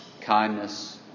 kindness